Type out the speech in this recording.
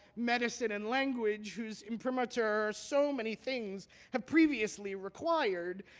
medicine, and language whose imprimatur so many things have previously required,